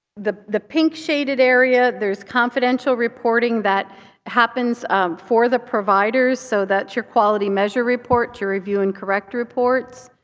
the the pink shaded area, there's confidential reporting that happens for the providers. so that's your quality measure reports, your review and correct reports.